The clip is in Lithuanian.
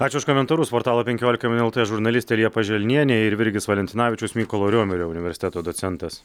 ačiū už komentarus portalo penkiolika min žurnalistė liepa želnienė ir virgis valentinavičius mykolo riomerio universiteto docentas